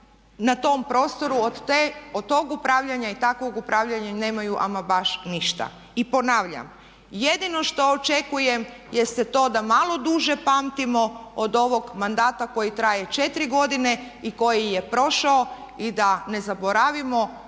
na tom prostoru od tog upravljanja i takvog upravljanja nemaju ama baš ništa. I ponavljam, jedino što očekujem jeste to da malo duže pamtimo od ovog mandata koji traje 4 godine i koji je prošao i da ne zaboravimo